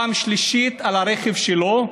פעם שלישית על הרכב שלו,